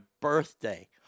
birthday